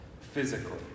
physically